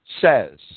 says